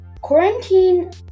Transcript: Quarantine